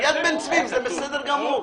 יד בן צבי זה בסדר גמור.